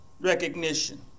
recognition